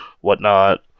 whatnot